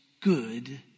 good